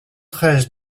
treize